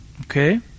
Okay